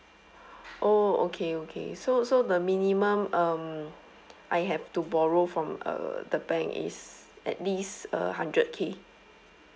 oh okay okay so so the minimum um I have to borrow from uh the bank is at least a hundred k